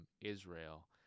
Israel